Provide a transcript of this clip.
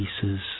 pieces